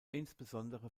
insbesondere